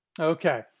Okay